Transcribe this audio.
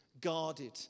guarded